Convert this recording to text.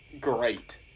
great